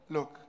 Look